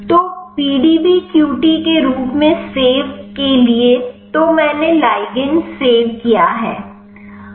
तो PDBQT के रूप में सेव के लिए तो मैंने ligand सेव किया है